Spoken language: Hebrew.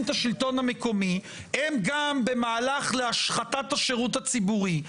את השלטון המקומי הם גם במהלך להשחתת השירות הציבורי.